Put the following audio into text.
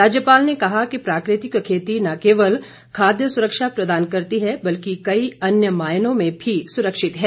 राज्यपाल ने कहा कि प्राकृतिक खेती न केवल खाद्य सुरक्षा प्रदान करती है बल्कि कई अन्य मायनों में भी सुरक्षित है